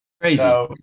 crazy